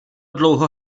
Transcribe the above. dlouho